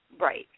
Right